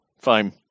Fine